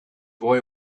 boy